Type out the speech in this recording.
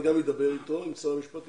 אני גם אדבר עם שר המשפטים,